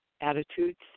attitudes